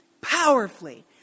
powerfully